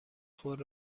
خود